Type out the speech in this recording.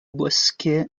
bosquet